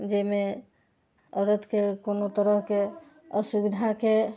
जाहिमे औरतके कोनो तरहके असुविधाके